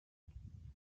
writing